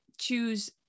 choose